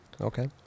Okay